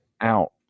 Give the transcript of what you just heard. out